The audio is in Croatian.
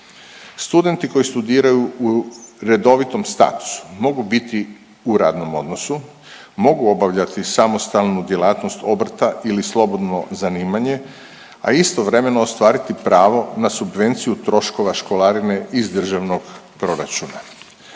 Studenti koji studiraju u redovitom statusu mogu biti u radnom odnosu, mogu obavljati samostalnu djelatnost obrta ili slobodno zanimanje, a istovremeno ostvariti pravo na subvenciju troškova školarine iz državnog proračuna.